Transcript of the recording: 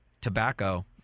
tobacco